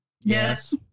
Yes